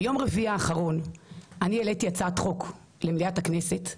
ביום רביעי האחרון אני העליתי הצעת חוק למליאת הכנסת,